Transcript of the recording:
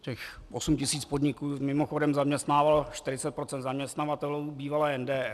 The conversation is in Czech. Těch osm tisíc podniků mimochodem zaměstnávalo 40 % zaměstnavatelů (?) bývalé NDR.